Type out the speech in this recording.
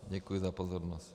Děkuji za pozornost.